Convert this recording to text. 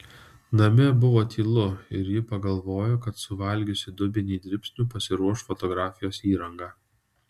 name buvo tylu ir ji pagalvojo kad suvalgiusi dubenį dribsnių pasiruoš fotografijos įrangą